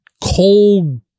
cold